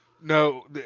No